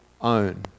own